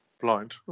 Blind